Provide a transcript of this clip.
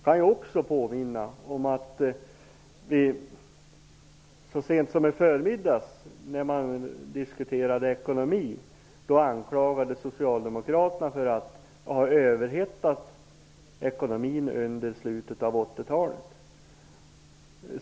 Jag kan också påminna om att socialdemokraterna så sent som i förmiddags, när ekonomin diskuterades, anklagades för att ha överhettat ekonomin under slutet av 80-talet.